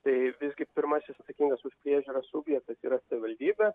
tai visgi pirmasis atsakingas už priežiūrą subjektas yra savivaldybė